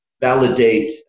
validate